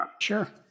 sure